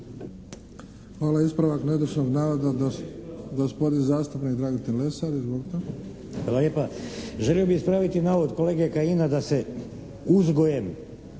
Hvala. Ispravak netočnog navoda, gospodin zastupnik Dragutin Lesar.